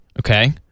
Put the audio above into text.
Okay